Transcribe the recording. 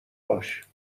باش